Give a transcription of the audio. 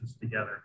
together